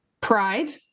pride